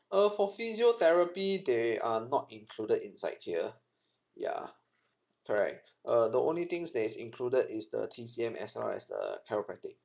uh for physiotherapy they are not included inside here yeah correct uh the only things that is included is the T_C_M as well as the chiropracticso